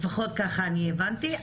לפחות ככה אני הבנתי.